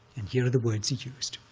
and here are the words he used.